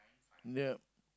ya